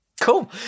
Cool